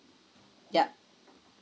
yup